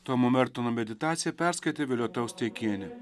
tomo mertono meditaciją perskaitė violeta osteikienė